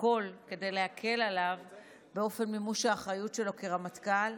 הכול כדי להקל עליו את אופן מימוש האחריות שלו כרמטכ"ל,